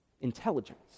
intelligence